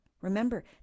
remember